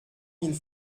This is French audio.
mille